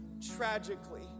tragically